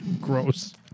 gross